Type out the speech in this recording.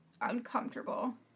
uncomfortable